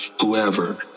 whoever